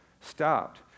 stopped